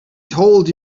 told